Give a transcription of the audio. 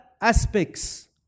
aspects